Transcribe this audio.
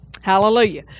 Hallelujah